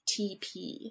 TP